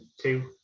two